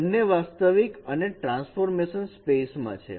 બંને વાસ્તવિક અને ટ્રાન્સફોર્મ સ્પેસ માં છે